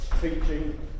teaching